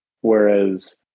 whereas